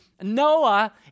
Noah